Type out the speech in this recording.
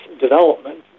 development